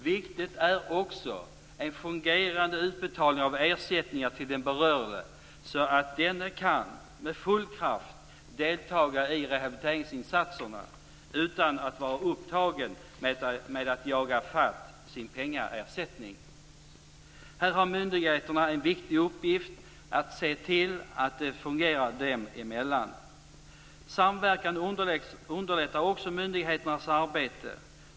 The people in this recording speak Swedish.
Viktigt är också en fungerande utbetalning av ersättningar till den berörde så att denne med full kraft kan delta i rehabiliteringsinsatserna utan att vara upptagen med att jaga i fatt sin pengaersättning. Här har myndigheterna en viktig uppgift när det gäller att se till att det fungerar dem emellan. Samverkan underlättar också myndigheternas arbete.